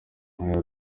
yagize